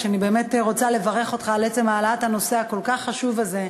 אני באמת רוצה לברך אותך על עצם העלאת הנושא הכל-כך חשוב הזה.